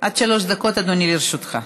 עד שלוש דקות, אדוני, לרשותך.